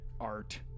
art